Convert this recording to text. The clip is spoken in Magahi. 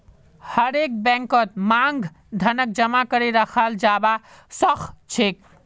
हरेक बैंकत मांग धनक जमा करे रखाल जाबा सखछेक